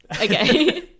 okay